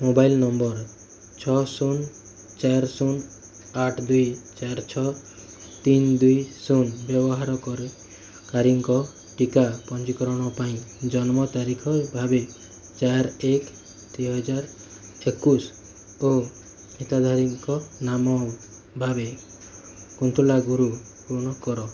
mobile number ଛଅ ଶୂନ ଚାରି ଶୂନ ଆଠ ଦୁଇ ଚାରି ଛଅ ତିନି ଦୁଇ ଶୂନ ବ୍ୟବହାର କରେ କାରୀଙ୍କ ଟୀକା ପଞ୍ଜିକରଣ ପାଇଁ ଜନ୍ମ ତାରିଖ ଭାବେ ଚାରି ଏକ ଦିହଜାର ଏକୋଇଶି ଓ ହିତାଧାରୀଙ୍କ ନାମ ଭାବେ କୁନ୍ତଳା ଗୁରୁ ପୂରଣ କର